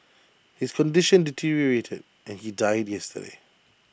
his condition deteriorated and he died yesterday